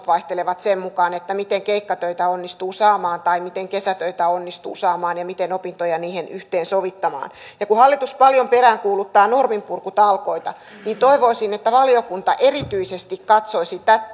vaihtelevat sen mukaan miten keikkatöitä onnistuu saamaan tai miten kesätöitä onnistuu saamaan ja miten opintoja niihin yhteensovittamaan kun hallitus paljon peräänkuuluttaa norminpurkutalkoita niin toivoisin että valiokunta erityisesti katsoisi